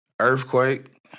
Earthquake